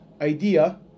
idea